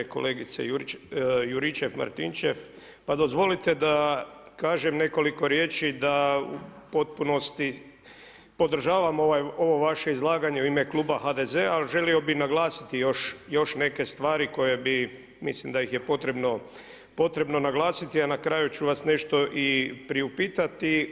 Kolegice Juričev-Martinčev, pa dozvolite da kažem nekoliko riječi da u potpunosti podržavam ovo vaše izlaganje u ime kluba HDZ-a, ali želio bih naglasiti još neke stvari koje bi mislim da ih je potrebno naglasiti, a na kraju ću vas nešto i priupitati.